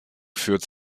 führt